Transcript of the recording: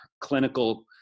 clinical